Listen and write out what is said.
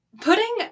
Putting